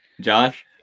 Josh